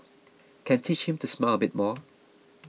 can teach him to smile a bit more